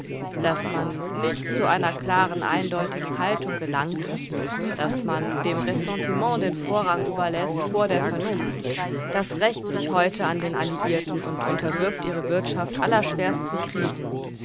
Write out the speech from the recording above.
daß man nicht zu einer klaren eindeutigen haltung gelangt ist daß man dem ressentiment den vorrang überläßt vor der vernunft das rächt sich heute an den alliierten und unterwirft ihre wirtschaft allerschwersten krisen